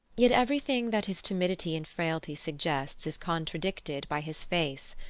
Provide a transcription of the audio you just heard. yet everything that his timidity and frailty suggests is contradicted by his face.